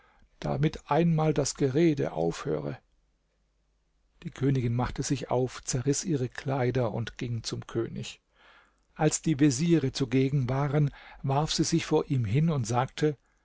damit einmal das gerede aufhöre die königin machte sich auf zerriß ihre kleider und ging zum könig als die veziere zugegen waren warf sie sich vor ihm hin und sagte